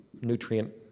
nutrient